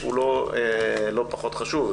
שהוא לא פחות חשוב.